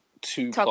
two